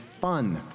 fun